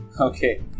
Okay